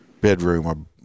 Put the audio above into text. bedroom